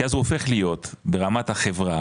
כי אז הוא הופך להיות ברמת החברה,